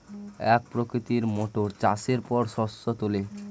এক প্রকৃতির মোটর চাষের পর শস্য তোলে